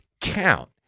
count